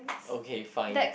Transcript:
okay fine